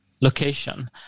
location